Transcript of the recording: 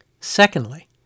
Secondly